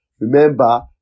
remember